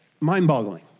mind-boggling